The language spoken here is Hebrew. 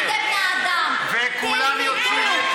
וכולם יוצאים,